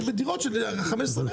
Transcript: בדירות של 15 מטר.